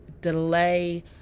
delay